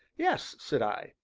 yes, said i.